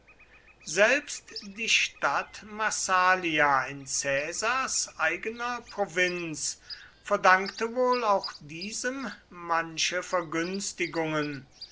selbst die stadt massalia in caesars eigener provinz verdankte wohl auch diesem manche vergünstigungen